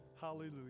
Hallelujah